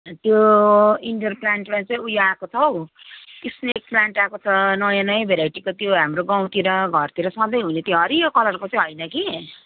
त्यो इन्डोर प्लान्टमा चाहिँ उयो आएको छ हौ स्नेक प्लान्ट आएको छ नयाँ नयाँ भेराइटीको त्यो हाम्रो गाउँतिर घरतिर सधैँ हुने त्यो हरियो कलरको चाहिँ होइन कि